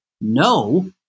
no